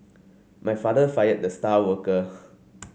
my father fired the star worker